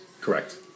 Correct